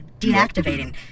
Deactivating